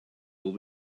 will